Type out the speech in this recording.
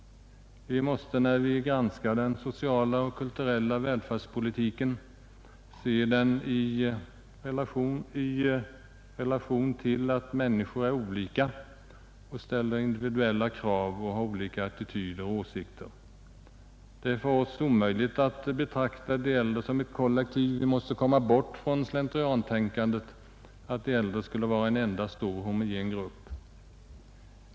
Vi måste när vi granskar den sociala och kulturella välfärdspolitiken se den i relation till att människor är olika och ställer individuella krav, har olika attityder och åsikter. Det är för oss omöjligt att betrakta de äldre som ett kollektiv. Vi måste komma bort från slentriantänkandet, att de äldre skulle vara en enda stor homogen grupp.